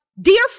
dear